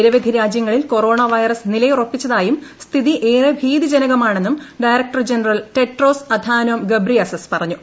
നിരവധി രാജ്യങ്ങളിൽ corona virus നിലയുറപ്പിച്ചതായും സ്ഥിതി ഏറെ ഭീതിജനകമാണെന്നും director general Tedros Adhanom Ghebreyesus പറഞ്ഞു